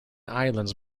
islands